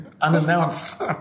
Unannounced